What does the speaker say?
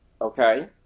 okay